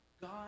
God